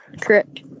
correct